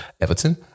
Everton